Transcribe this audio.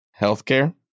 healthcare